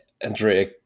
Andrea